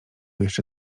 jeszcze